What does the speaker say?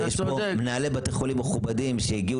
יש פה מנהלי בתי חולים מכובדים שהגיעו